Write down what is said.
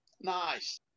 Nice